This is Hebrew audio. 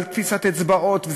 ותפיסת אצבעות.